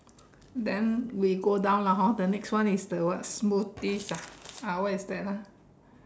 then we go down lah hor the next one is the what smoothies ah ah what is that ah